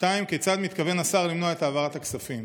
2. כיצד מתכוון השר למנוע את העברת הכספים?